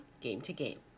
Game-to-Game